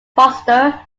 foster